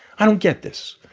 i don't get this.